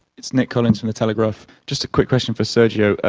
it's nick collins from the telegraph, just a quick question for sergio.